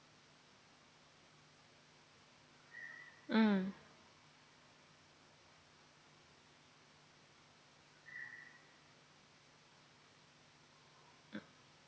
mm